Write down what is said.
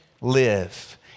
Live